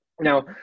Now